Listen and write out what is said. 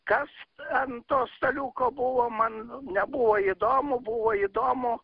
kas ant to staliuko buvo man nebuvo įdomu buvo įdomu